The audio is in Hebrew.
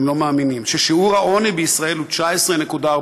הם לא מאמינים, ששיעור העוני בישראל הוא 19.4%,